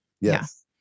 yes